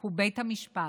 הוא בית המשפט,